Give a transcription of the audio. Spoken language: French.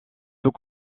sous